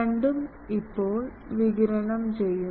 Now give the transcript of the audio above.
രണ്ടും ഇപ്പോൾ വികിരണം ചെയ്യും